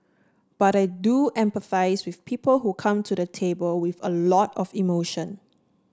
but I do empathise with people who come to the table with a lot of emotion